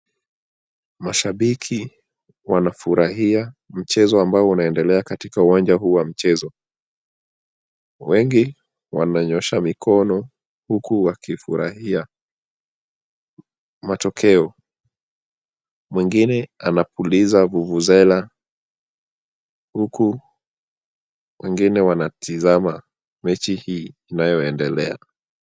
Mashabiki wanafurahia mchezo ambao unaendelea katika uwanja huu wa mchezo. Wengi wananyoosha mikono huku wakifurahia matokeo. Mwingine anapuliza vuvuzela huku wengine wanatizama mechi hii inayoendelea.